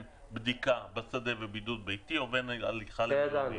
בדיקה בשדה ובידוד ביתי לבין הליכה למלונית.